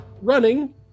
Running